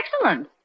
excellent